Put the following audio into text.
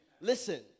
Listen